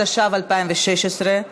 התשע"ו 2016,